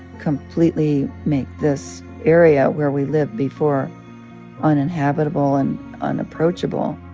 completely make this area where we lived before uninhabitable and unapproachable